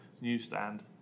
newsstand